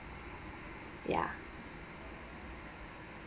ya